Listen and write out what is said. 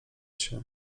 się